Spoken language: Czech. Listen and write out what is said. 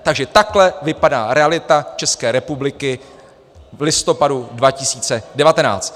Takže takhle vypadá realita České republiky v listopadu 2019!